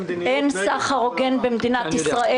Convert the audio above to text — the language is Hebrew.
אין סחר הוגן במדינת ישראל.